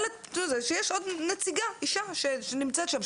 יש עוד נציגה אישה שנמצאת שם.